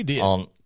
on